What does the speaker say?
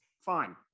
fine